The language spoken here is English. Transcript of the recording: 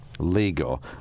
Legal